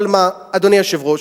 אבל מה, אדוני היושב-ראש,